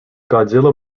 godzilla